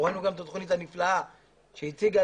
ראינו גם את התוכנית הנפלאה שהיא הציגה